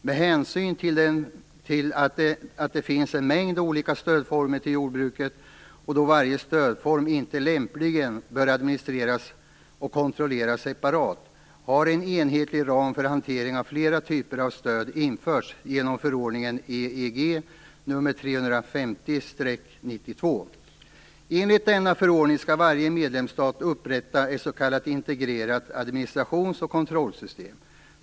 Med hänsyn till att det finns en mängd olika former av stöd till jordbruket, och då varje stödform inte lämpligen bör administreras och kontrolleras separat, har en enhetlig ram för hantering av flera typer av stöd införts genom förordningen 350/92. Enligt denna förordning skall varje medlemsstat upprätta ett s.k. integrerat administrationsoch kontrollsystem.